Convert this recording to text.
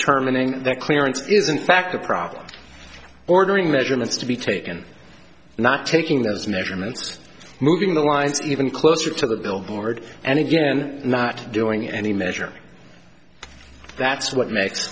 determining that clearance is in fact a problem ordering measurements to be taken not taking those measurements moving the lines even closer to the billboard and again not doing any measure that's what makes